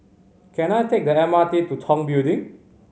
can I take the M R T to Tong Building